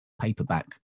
paperback